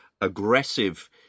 aggressive